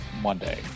Monday